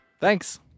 Thanks